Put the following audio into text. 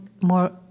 more